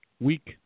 weak